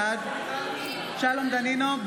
בעד שלום דנינו,